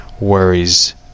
worries